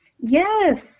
Yes